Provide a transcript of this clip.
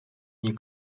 nie